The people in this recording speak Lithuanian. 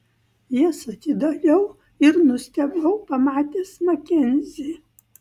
jas atidariau ir nustebau pamatęs makenzį